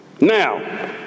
Now